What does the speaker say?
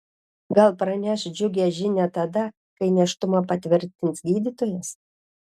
gal praneš džiugią žinią tada kai nėštumą patvirtins gydytojas